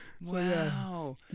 Wow